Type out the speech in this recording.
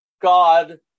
God